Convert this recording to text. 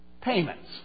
payments